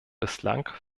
bislang